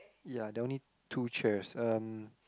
ya there are only two chairs um